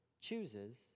chooses